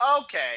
okay